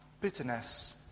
Bitterness